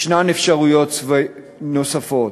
יש אפשרויות נוספות.